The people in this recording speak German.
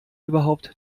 überhaupt